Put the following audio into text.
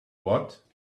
what